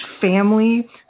family